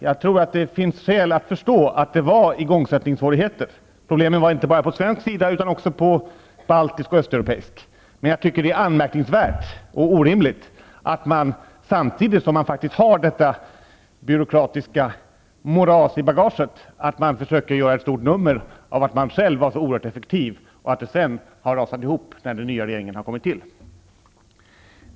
Jag tror att det finns skäl att förstå att det var igångsättningssvårigheter. Problemen låg inte bara på svensk sida, utan också på baltisk och östeuropeisk. Men jag tycker att det är anmärkningsvärt och orimligt att man, samtidigt som man faktiskt har detta byråkratiska moras i bagaget, försöker göra ett stort nummer av att man själv var så oerhört effektiv och att biståndet sedan har rasat ihop när den nya regeringen har kommit till.